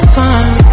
time